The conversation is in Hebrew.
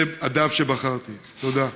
זה הדף שבחרתי, תודה.